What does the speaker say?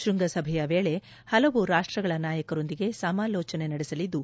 ಶ್ವಂಗಸಭೆಯ ವೇಳೆ ಹಲವು ರಾಷ್ಟಗಳ ನಾಯಕರೊಂದಿಗೆ ಸಮಾಲೋಚನೆ ನಡೆಸಲಿದ್ದು